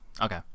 Okay